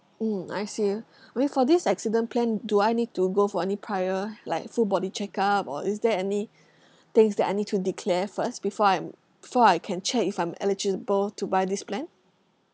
mm I see I mean for this accident plan do I need to go for any prior like full body check up or is there any things that I need to declare first before I'm before I can check if I'm eligible to buy this plan